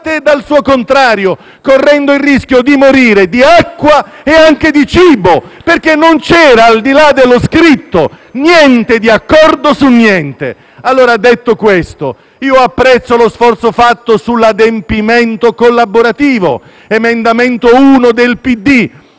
parte opposta, correndo il rischio di morire di acqua e anche di cibo, perché non c'era, al di là dello scritto, alcun accordo su niente. Detto questo, apprezzo lo sforzo compiuto sull'adempimento collaborativo (un emendamento del PD),